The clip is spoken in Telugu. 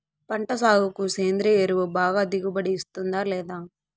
పంట సాగుకు సేంద్రియ ఎరువు బాగా దిగుబడి ఇస్తుందా లేదా